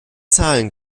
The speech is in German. zahlen